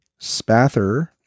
spather